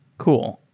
cool.